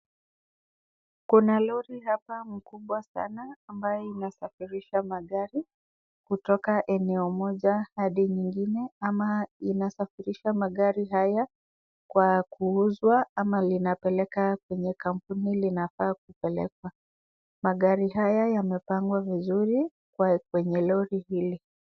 Kuna lori hapa mkubwa sana ambaye inasafirisha magari kutoka eneo moja hadi nyingine ama inasafirisha magari haya kwa kuuzwa ama linapeleka kwenye kampuni linafaa kupelekwa, magari haya yamepangwa vizuri kwenye lori hili.